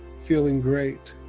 feeling great.